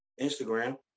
Instagram